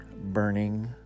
burning